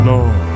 Lord